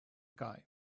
guy